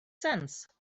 sense